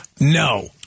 no